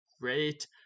great